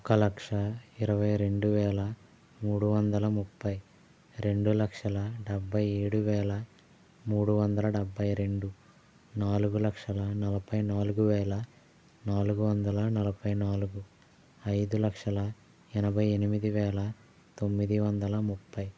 ఒక లక్షా ఇరవై రెండువేల మూడు వందల ముప్పై రెండు లక్షల డెబ్భై ఏడు వేల మూడు వందల డెబ్భై రెండు నాలుగు లక్షల నలభై నాలుగు వేల నాలుగు వందల నలభై నాలుగు ఐదు లక్షల ఎనభై ఎనిమిది వేల తొమ్మిది వందల ముప్పై